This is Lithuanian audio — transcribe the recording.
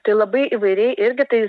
tai labai įvairiai irgi tai